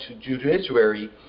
judiciary